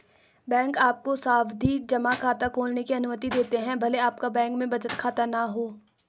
bank आपको सावधि जमा खाता खोलने की अनुमति देते हैं भले आपका बैंक में बचत खाता न हो